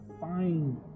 find